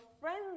friends